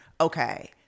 Okay